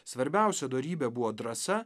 svarbiausia dorybė buvo drąsa